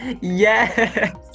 Yes